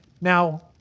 Now